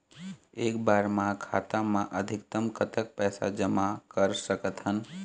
एक बार मा खाता मा अधिकतम कतक पैसा जमा कर सकथन?